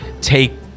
take